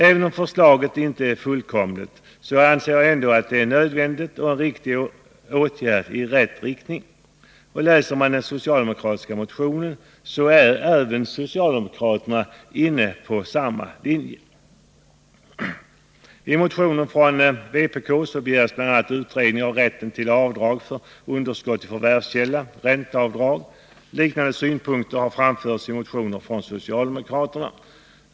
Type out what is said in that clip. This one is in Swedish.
Även om det förslag som nu föreligger inte är fullkomligt, anser jag att det är en nödvändig och riktig åtgärd i rätt riktning. Läser man den socialdemokratiska motionen, finner man att socialdemokraterna är inne på samma linje. I motionen från vpk begärs utredning om rätten till avdrag för underskott i förvärvskälla, ränteavdrag osv. Liknande synpunkter har framförts i motioner från socialdemokraterna.